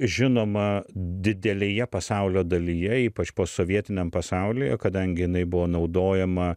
žinoma didelėje pasaulio dalyje ypač posovietiniam pasaulyje kadangi jinai buvo naudojama